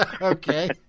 Okay